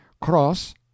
Cross